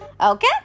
Okay